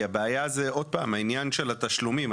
כי הבעיה זה עניין התשלומים.